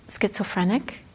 schizophrenic